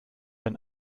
ein